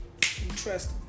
trust